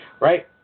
right